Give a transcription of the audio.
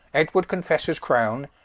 edward confessors crowne,